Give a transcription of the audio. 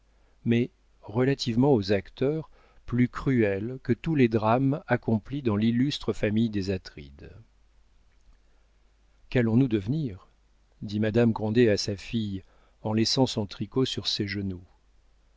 mais relativement aux acteurs plus cruelle que tous les drames accomplis dans l'illustre famille des atrides qu'allons-nous devenir dit madame grandet à sa fille en laissant son tricot sur ses genoux